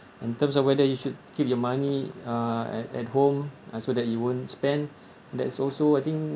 in terms of whether you should keep your money uh at at home uh so that you won't spend that's also I think